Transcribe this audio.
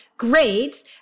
Great